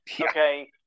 Okay